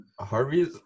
Harvey's